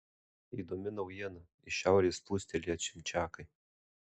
įdomi naujiena iš šiaurės plūstelėję čimčiakai